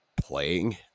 playing